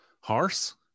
horse